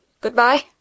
good-bye